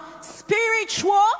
spiritual